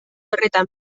horretan